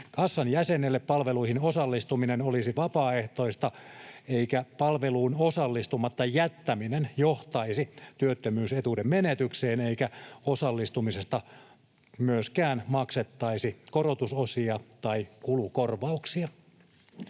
Kassan jäsenille palveluihin osallistuminen olisi vapaaehtoista, eikä palveluun osallistumatta jättäminen johtaisi työttömyysetuuden menetykseen, eikä osallistumisesta myöskään maksettaisi korotusosia tai kulukorvauksia.